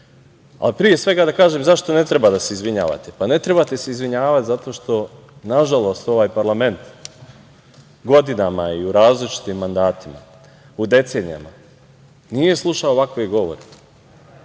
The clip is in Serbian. pre svega, da kažem zašto ne treba da se izvinjavate. Pa, ne treba da se izvinjavate zato što, nažalost, ovaj parlament godinama i u različitim mandatima, u decenijama, nije slušao ovakve govore.